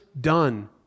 done